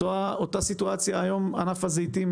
אותה סיטואציה ניכרת עכשיו גם בענף הזיתים.